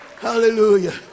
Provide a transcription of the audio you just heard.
Hallelujah